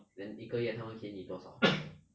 then 一个月他们给你多少